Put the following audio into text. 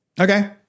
Okay